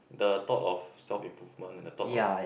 the thought of self improvement and the thought of